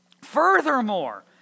Furthermore